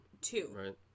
Two